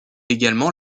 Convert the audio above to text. également